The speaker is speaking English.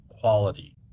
quality